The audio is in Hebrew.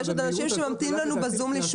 ויש עוד אנשים שממתינים לנו בזום.